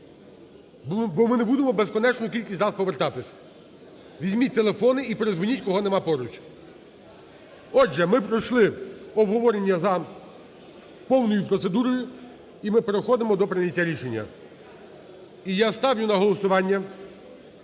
бо ми не будемо безкінечну кількість разів повертатись. Візьміть телефони і передзвоніть кого немає поруч. Отже, ми пройшли обговорення за повною процедурою і ми переходимо до прийняття рішення. І я ставлю на голосування